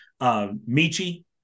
Michi